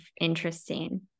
interesting